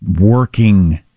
working